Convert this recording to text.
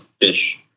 fish